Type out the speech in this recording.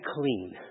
clean